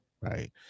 right